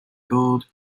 gold